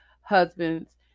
husbands